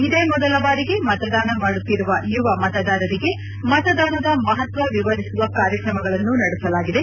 ಇದೇ ಮೊದಲ ಬಾರಿಗೆ ಮತದಾನ ಮಾಡುತ್ತಿರುವ ಯುವ ಮತದಾರರಿಗೆ ಮತದಾನದ ಮಹತ್ವ ವಿವರಿಸುವ ಕಾರ್ಯಕ್ರಮಗಳನ್ನು ನಡೆಸಲಾಗಿದೆ